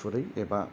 खुरै एबा